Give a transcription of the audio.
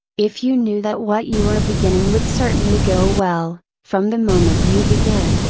if you knew that what you are beginning would certainly go well, from the moment you begin,